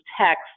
text